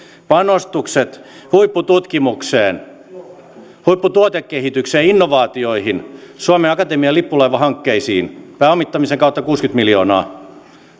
panostukset huippututkimukseen huipputuotekehitykseen innovaatioihin suomen akatemian lippulaivahankkeisiin pääomittamisen kautta kuusikymmentä miljoonaa